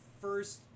first